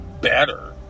better